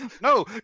No